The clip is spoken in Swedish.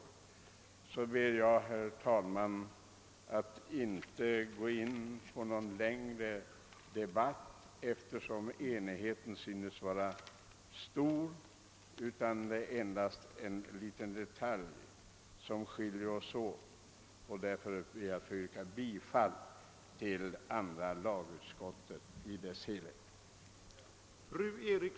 Eftersom enigheten synes vara stor och endast en liten detalj skiljer oss åt, ämnar jag, herr talman, inte ta upp någon längre debatt. Jag ber därför att få yrka bifall till andra lagutskottets hemställan i dess utlåtande nr 30.